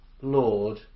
Lord